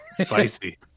Spicy